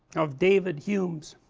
of david hume's